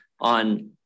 on